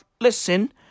Listen